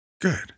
Good